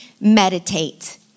meditate